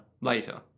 Later